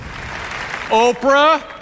Oprah